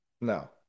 no